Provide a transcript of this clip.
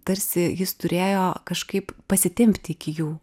tarsi jis turėjo kažkaip pasitempti iki jų